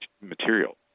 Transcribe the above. material